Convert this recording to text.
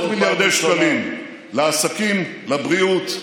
עשרות מיליארדי שקלים לעסקים, לבריאות,